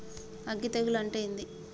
అగ్గి తెగులు అంటే ఏంది?